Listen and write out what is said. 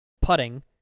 putting